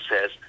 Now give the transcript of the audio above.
says